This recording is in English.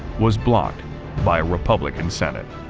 was blocked by a republican senate.